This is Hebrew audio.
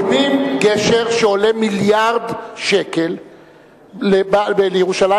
בונים גשר שעולה מיליארד שקל בירושלים